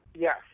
Yes